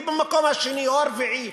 היא במקום השני או הרביעי.